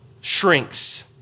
shrinks